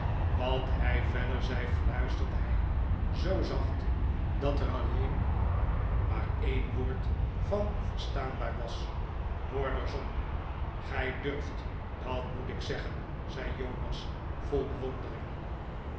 wat hij verder zei fluisterde hij zoo zacht dat er alleen maar een woord van verstaanbaar was noorderzon gij durft dat moet ik zeggen zei jonas vol bewondering